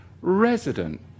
Resident